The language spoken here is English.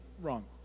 wrong